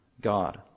God